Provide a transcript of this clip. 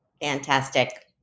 Fantastic